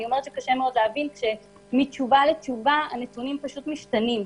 אני אומרת שקשה מאוד להבין כשמתשובה לתשובה הנתונים פשוט משתנים.